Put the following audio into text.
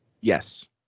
Yes